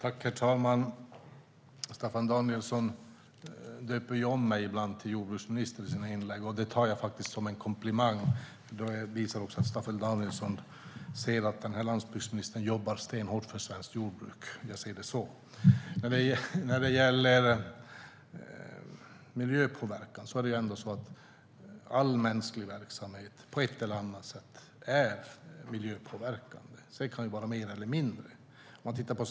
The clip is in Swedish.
Herr talman! Staffan Danielsson döper om mig ibland till jordbruksministern i sina inlägg. Det tar jag som en komplimang som visar att Staffan Danielsson ser att den här landsbygdsministern jobbar stenhårt för svenskt jordbruk. All mänsklig verksamhet har på ett eller annat sätt en mer eller mindre miljöpåverkan.